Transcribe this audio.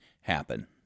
happen